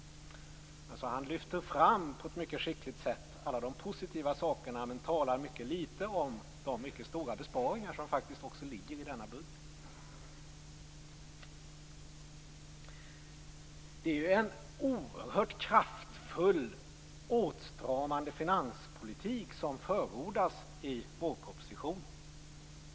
Han lyfter fram på ett mycket skickligt sätt alla de positiva sakerna men talar väldigt litet om de mycket stora besparingarna i denna budget. Det är en oerhört kraftfullt åtstramande finanspolitik som förordas i vårpropositionen.